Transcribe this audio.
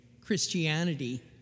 Christianity